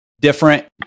different